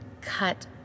cut